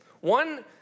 One